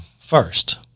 first